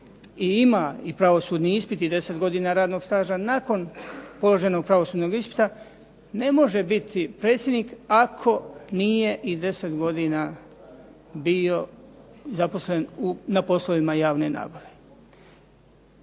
ima i pravosudni ispit i 10 godina radnog staža nakon položenog pravosudnog ispita ne može biti predsjednik ako nije i 10 godina bio zaposlen na poslovima javne nabave.